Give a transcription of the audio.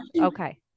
Okay